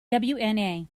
wna